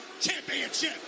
Championship